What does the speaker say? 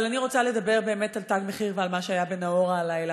אבל אני רוצה לדבר על "תג מחיר" ועל מה שהיה בנאעורה הלילה,